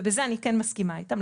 ובזה אני כן מסכימה איתם,